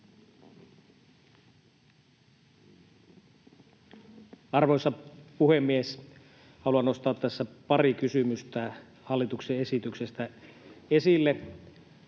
Arvoisa puhemies! Haluan tässä nostaa esille pari kysymystä hallituksen esityksestä.